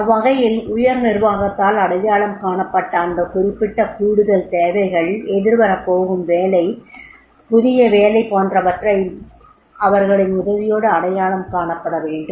அவ்வகையில் உயர் நிர்வாகத்தால் அடையாளம் காணப்பட்ட அந்த குறிப்பிட்ட கூடுதல் தேவைகள் எதிர்வரபோகும் புதிய வேலை போன்றவற்றை அவர்களின் உதவியோடு அடையாளம் காணப்பட வேண்டும்